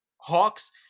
Hawks